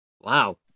Wow